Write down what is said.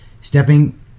stepping